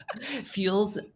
fuels